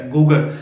Google